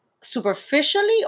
superficially